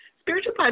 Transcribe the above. Spiritual